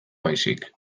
baizik